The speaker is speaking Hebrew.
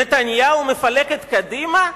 נתניהו מפלג את קדימה?